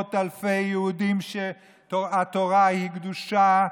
מאות אלפי יהודים שהתורה בשבילם היא קדושה,